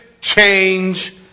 change